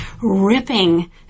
ripping